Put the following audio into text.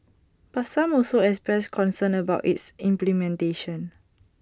but some also expressed concerns about its implementation